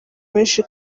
benshi